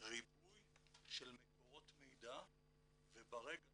ריבוי של מקורות מידע וברגע